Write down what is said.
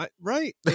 Right